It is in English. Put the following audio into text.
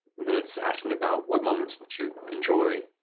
then it's asking about what moments that you enjoy,